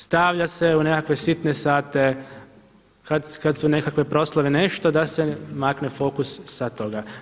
Stavlja se u nekakve sitne sate kada su nekakve proslave, nešto, da se makne fokus sa toga.